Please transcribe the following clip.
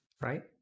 Right